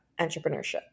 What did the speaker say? entrepreneurship